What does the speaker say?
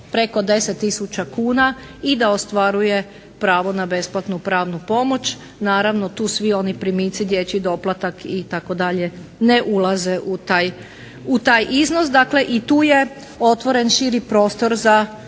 preko 10 tisuća kuna i da ostvaruje pravo na besplatnu pravnu pomoć, naravno tu svi oni primici dječji doplatak itd. ne ulaze u taj iznos, dakle i tu je otvoren širi prostor za